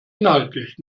inhaltlich